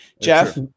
Jeff